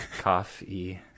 coffee